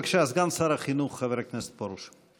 בבקשה, סגן שר החינוך חבר הכנסת פרוש.